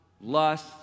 lust